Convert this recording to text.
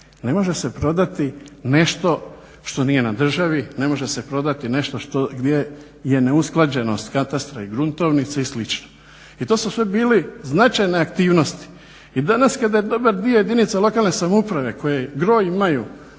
Ne može se prodati nešto što nije na državi, ne može se prodati gdje je neusklađenost katastra i gruntovnice i sl. i to su sve bile značajne aktivnosti. I danas kada dobar dio jedinica lokalne samouprave koji gro imaju